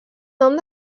nom